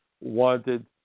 wanted